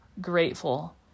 grateful